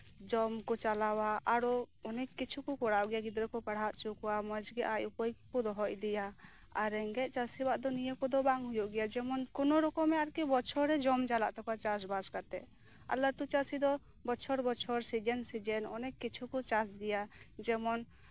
ᱡᱚᱢ ᱠᱚ ᱪᱟᱞᱟᱣᱟ ᱟᱨᱚ ᱚᱱᱮᱠ ᱠᱤᱪᱷᱩ ᱠᱚ ᱠᱚᱨᱟᱣ ᱜᱮᱭᱟ ᱜᱤᱫᱽᱨᱟᱹ ᱠᱚ ᱯᱟᱲᱦᱟᱣ ᱦᱚᱪᱚ ᱠᱚᱣᱟ ᱢᱚᱡᱽ ᱜᱮ ᱟᱭ ᱩᱯᱟᱹᱭ ᱠᱚ ᱫᱚᱦᱚ ᱤᱫᱤᱭᱟ ᱟᱨ ᱨᱮᱸᱜᱮᱡ ᱪᱟᱹᱥᱤᱭᱟᱜ ᱫᱚ ᱱᱤᱭᱟᱹ ᱠᱚᱫᱚ ᱵᱟᱝ ᱦᱩᱭᱩᱜ ᱜᱮᱭᱟ ᱡᱮᱢᱚᱱ ᱠᱳᱱᱳ ᱨᱚᱠᱚᱢ ᱵᱚᱪᱷᱚᱨᱨᱮ ᱡᱚᱢ ᱪᱟᱞᱟᱜ ᱛᱟᱠᱚ ᱜᱮᱭᱟ ᱪᱟᱥ ᱵᱟᱥ ᱠᱟᱛᱮᱜ ᱟᱨ ᱞᱟᱹᱴᱩ ᱪᱟᱹᱥᱤ ᱫᱚ ᱵᱚᱪᱷᱚᱨ ᱵᱚᱪᱷᱚᱨ ᱥᱤᱡᱮᱱ ᱥᱤᱡᱮᱱ ᱚᱱᱮᱠ ᱠᱤᱪᱦᱩ ᱠᱚ ᱪᱟᱥ ᱜᱮᱭᱟ ᱡᱮᱢᱚᱱ